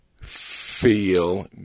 feel